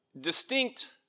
Distinct